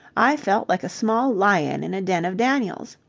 i felt like a small lion in a den of daniels.